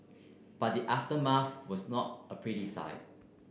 but the was not a pretty sight